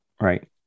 Right